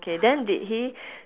okay then did he